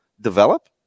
Develop